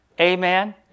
Amen